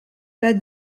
pas